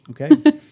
Okay